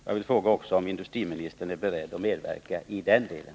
Jag vill fråga om industriministern är beredd att medverka i den delen.